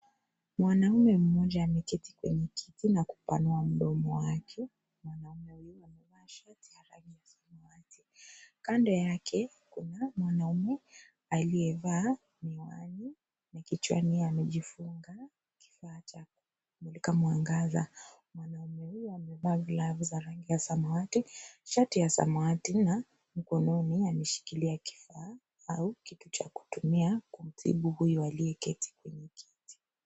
Mwanamume mmoja ameketi kwenye kiti na kupanua mdomo wake. Mwanaume huyu amevaa shati ya rangi ya samawati. Kando yake, kuna mwanamume aliyevaa miwani ,kichwani amejifunga kifaa cha kumulika mwangaza. Mwanaume huyu amevaa glavu za rangi ya samawati, shati ya samawati na mkononi ameshikilia kifaa au kitu cha kutumia kumtibu huyu aliyeketi kwenye kiti.